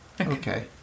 Okay